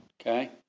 Okay